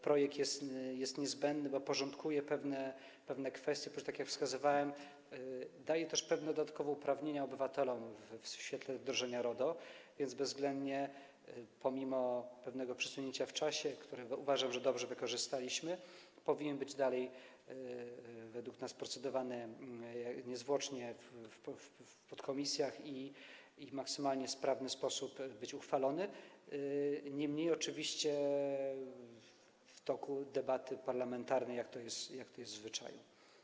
Projekt jest niezbędny, bo porządkuje pewne kwestie, tak jak wskazywałem, daje też pewne dodatkowe uprawnienia obywatelom w świetle wdrożenia RODO, więc bezwzględnie - pomimo pewnego przesunięcia w czasie, które, uważam, dobrze wykorzystaliśmy - powinien według nas dalej być procedowany niezwłocznie w podkomisjach i w maksymalnie sprawny sposób być uchwalony, niemniej oczywiście w toku debaty parlamentarnej, jak to jest w zwyczaju.